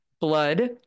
blood